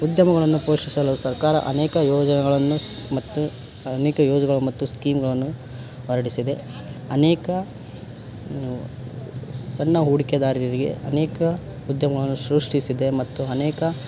ಉದ್ಯಮಗಳನ್ನು ಪೋಷಿಸಲು ಸರ್ಕಾರ ಅನೇಕ ಯೋಜನೆಗಳನ್ನು ಮತ್ತು ಅನೇಕ ಯೋಜನೆಗಳು ಮತ್ತು ಸ್ಕೀಮ್ಗಳನ್ನು ಹೊರಡಿಸಿದೆ ಅನೇಕ ಸಣ್ಣ ಹೂಡಿಕೆದಾರರಿಗೆ ಅನೇಕ ಉದ್ಯಮಗಳನ್ನು ಸೃಷ್ಟಿಸಿದೆ ಮತ್ತು ಅನೇಕ